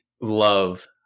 love